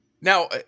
Now